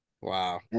wow